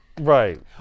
Right